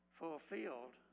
fulfilled